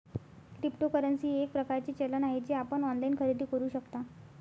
cryptocurrency हे एक प्रकारचे चलन आहे जे आपण ऑनलाइन खरेदी करू शकता